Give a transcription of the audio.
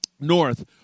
north